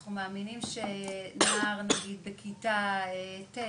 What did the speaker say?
אנחנו מאמינים שנער נגיד בכיתה ט',